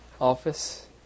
office